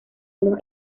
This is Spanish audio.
unos